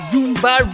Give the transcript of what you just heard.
Zumba